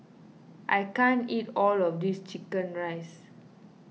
I can't eat all of this Chicken Rice